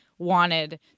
wanted